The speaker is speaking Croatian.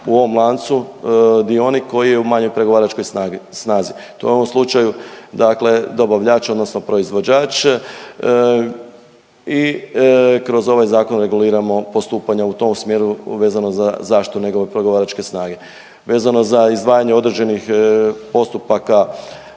u ovom lancu dionik koji je u manjoj pregovaračkoj snazi. To je u ovom slučaju dobavljač odnosno proizvođač i kroz ovaj zakon reguliramo postupanja u tom smjeru vezano za zaštitu njegove pregovaračke snage. Vezano za izdvajanje određenih postupaka